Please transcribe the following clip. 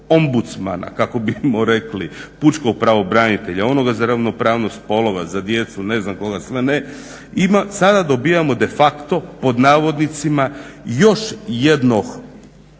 ombudsmana kako bimo rekli pučkog pravobranitelja onoga za ravnopravnost spolova, za djecu, ne znam koga sve ne sada dobivam de facto pod navodnicima još jednog